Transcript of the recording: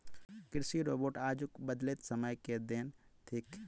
कृषि रोबोट आजुक बदलैत समय के देन थीक